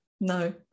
No